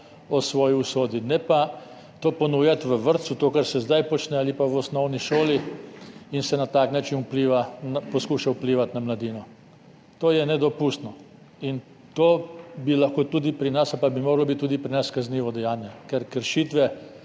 o svoji usodi, ne pa tega ponujati v vrtcu, kar se zdaj počne, ali pa osnovni šoli in se na tak način vpliva, poskuša vplivati na mladino. To je nedopustno. In to bi lahko bilo tudi pri nas ali pa bi moralo biti tudi pri nas kaznivo dejanje. Ker kršitve